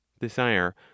desire